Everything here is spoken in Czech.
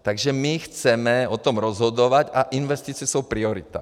Takže my chceme o tom rozhodovat a investice jsou priorita.